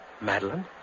Madeline